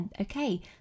okay